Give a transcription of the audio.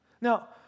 Now